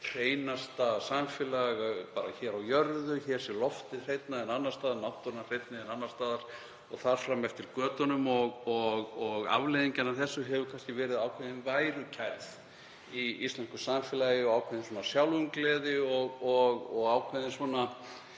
hreinasta samfélag á jörðu, hér sé loftið hreinna en annars staðar, náttúran hreinni en annars staðar, og þar fram eftir götunum. Afleiðingin af þessu hefur kannski verið ákveðin værukærð í íslensku samfélagi og ákveðin sjálfumgleði og ákveðin von